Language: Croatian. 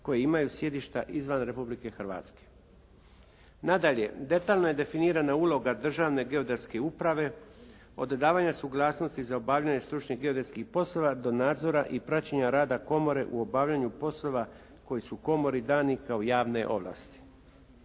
koji imaju sjedišta izvan Republike Hrvatske. Nadalje, detaljno je definirana uloga Državne geodetske uprave od davanja suglasnosti za obavljanje stručnih geodetskih poslova do nadzora i praćenja rada komore u obavljanju poslova koji su komori dani kao javne ovlasti.